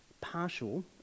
partial